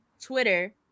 Twitter